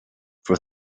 for